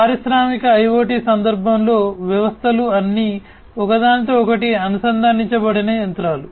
పారిశ్రామిక IoT సందర్భంలో వ్యవస్థలు అన్నీ ఒకదానితో ఒకటి అనుసంధానించబడిన యంత్రాలు